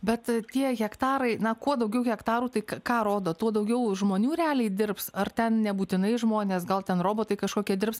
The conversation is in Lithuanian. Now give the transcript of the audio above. bet tie hektarai na kuo daugiau hektarų tai ką rodo tuo daugiau žmonių realiai dirbs ar ten nebūtinai žmonės gal ten robotai kažkokie dirbs